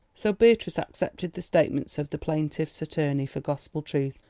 so beatrice accepted the statements of the plaintiff's attorney for gospel truth,